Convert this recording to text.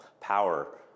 power